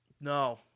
no